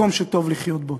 מקום שטוב לחיות בו.